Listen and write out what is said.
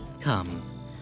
Come